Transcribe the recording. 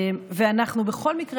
בכל מקרה,